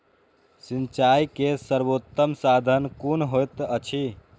सिंचाई के सर्वोत्तम साधन कुन होएत अछि?